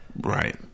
Right